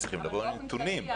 צריכים לבוא עם נתונים.